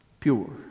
Pure